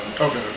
Okay